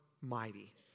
mighty